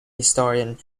historian